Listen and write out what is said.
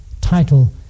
title